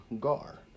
Gar